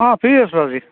অ' free আছোঁ আজি